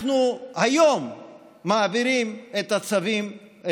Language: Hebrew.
אנחנו היום מעבירים את הצווים,